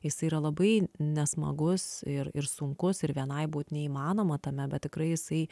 jisai yra labai nesmagus ir ir sunkus ir vienai būt neįmanoma tame bet tikrai jisai